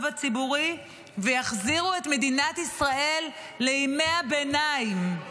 הציבורי ויחזירו את מדינת ישראל לימי הביניים.